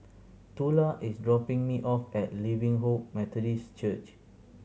Tula is dropping me off at Living Hope Methodist Church